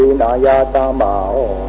la yeah um la